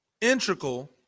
integral